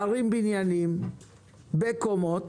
להרים בניינים בקומות